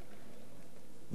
ועוד לא פתרתם